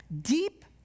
deep